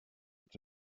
it’s